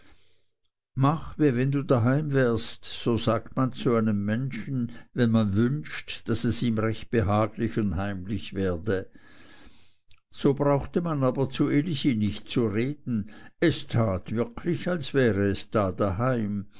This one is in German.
mach wie wenn du daheim wärest so sagt man zu einem menschen wenn man wünscht daß es ihm recht behaglich und heimlich werde so brauchte man aber zu elisi nicht zu reden es tat wirklich als wäre es daheim